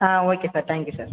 ah okay sir thank you sir